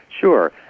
Sure